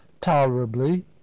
tolerably